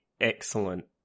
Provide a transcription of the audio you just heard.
excellent